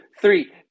three